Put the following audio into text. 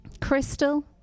Crystal